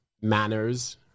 manners